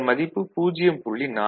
அதன் மதிப்பு 0